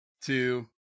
two